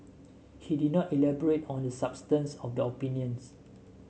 he did not elaborate on the substance of the opinions